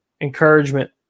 encouragement